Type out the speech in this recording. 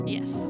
Yes